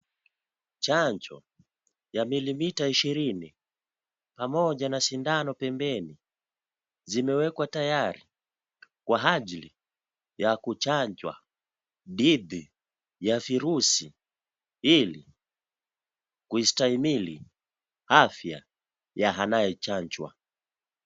Chanjo, ya milimita ishirini, pamoja na sindano pembeni zimewekwa tayari kwa ajili ya kuchanjwa dhidi ya virusi ili kuhistahimili afya ya anayechanjwa.